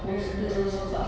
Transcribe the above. mm mm mm